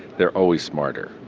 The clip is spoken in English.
they are always smarter.